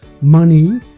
money